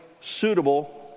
suitable